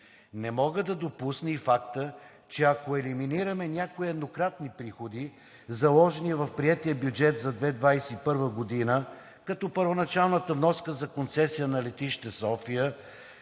Не мога да допусна и факта, че ако елиминираме някои еднократни приходи, заложени в приетия бюджет за 2021 г., като първоначалната вноска за концесия на летище София